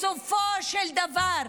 בסופו של דבר,